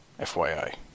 FYI